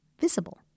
visible